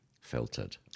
filtered